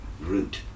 root